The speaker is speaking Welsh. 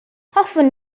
hoffwn